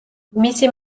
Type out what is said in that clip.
მისი